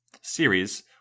series